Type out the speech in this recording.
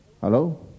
Hello